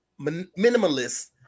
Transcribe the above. minimalist